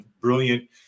brilliant